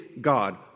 God